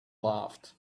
laughed